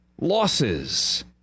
losses